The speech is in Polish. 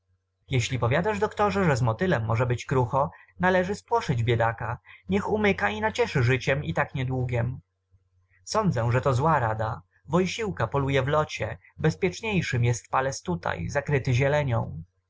jeśli powiadasz doktorze że z motylem może być krucho należy spłoszyć biedaka niech umyka i nacieszy życiem i tak niedługiem sądzę że to zła rada wojsiłka poluje w locie bezpieczniejszym jest pales tutaj zakryty zielenią